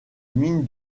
mine